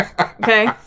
Okay